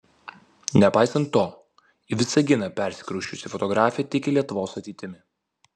nepaisant to į visaginą persikrausčiusi fotografė tiki lietuvos ateitimi